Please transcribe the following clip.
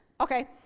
okay